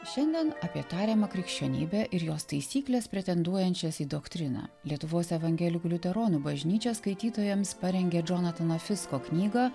šiandien apie tariamą krikščionybę ir jos taisykles pretenduojančias į doktriną lietuvos evangelikų liuteronų bažnyčia skaitytojams parengė džonatano fisko knygą